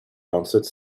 answered